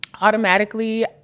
automatically